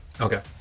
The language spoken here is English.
Okay